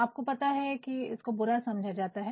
आपको पता है कि इसको बुरा समझा जाता है